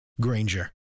Granger